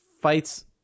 Fights